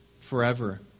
forever